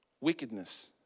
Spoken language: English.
wickedness